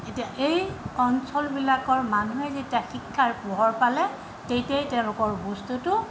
এতিয়া এই অঞ্চলবিলাকৰ মানুহে যেতিয়া শিক্ষাৰ পোহৰ পালে তেতিয়াই তেওঁলোকৰ বস্তুটো